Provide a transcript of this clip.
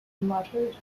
muttered